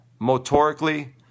Motorically